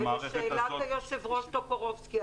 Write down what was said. ולשאלת היושב-ראש טופורובסקי,